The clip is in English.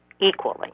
equally